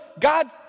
God